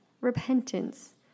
repentance